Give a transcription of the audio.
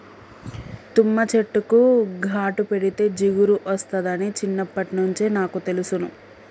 తుమ్మ చెట్టుకు ఘాటు పెడితే జిగురు ఒస్తాదని చిన్నప్పట్నుంచే నాకు తెలుసును